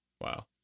Wow